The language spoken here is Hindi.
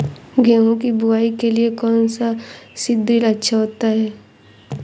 गेहूँ की बुवाई के लिए कौन सा सीद्रिल अच्छा होता है?